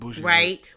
right